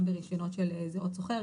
גם ברישיונות של --- שוכר,